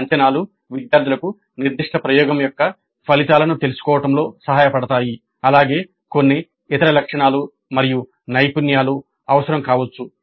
ఈ అంచనాలు విద్యార్థులకు నిర్దిష్ట ప్రయోగం యొక్క ఫలితాలను తెలుసుకోవడంలో సహాయపడతాయి అలాగే కొన్ని ఇతర లక్షణాలు మరియు నైపుణ్యాలు అవసరం కావచ్చు